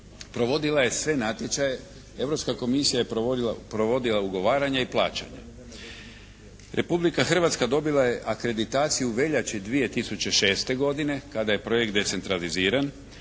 Provodila je sve natječaje. Europska komisija je provodila ugovaranje i plaćanje. Republika Hrvatska dobila je akreditaciju u veljači 2006. godine kada je projekt decentraliziran